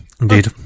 Indeed